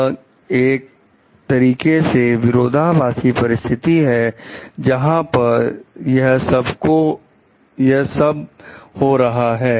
यह एक तरीके की विरोधाभासी परिस्थिति है जहां पर यह सब हो रहा था